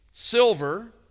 silver